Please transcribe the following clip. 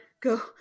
go